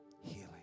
healing